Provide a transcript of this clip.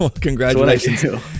congratulations